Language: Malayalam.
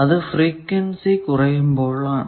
അത് ഫ്രീക്വെൻസി കുറയുമ്പോൾ ആണ്